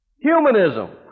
Humanism